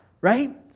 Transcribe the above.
right